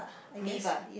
beef ah